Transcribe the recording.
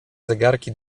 zegarki